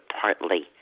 partly